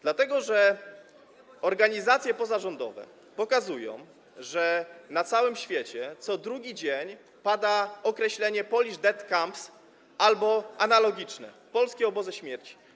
Dlatego, że organizacje pozarządowe pokazują, że na całym świecie co drugi dzień pada określenie „Polish death camps” albo analogiczne „polskie obozy śmierci”